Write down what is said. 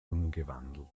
umgewandelt